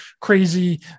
crazy